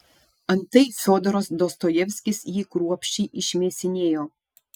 antai fiodoras dostojevskis jį kruopščiai išmėsinėjo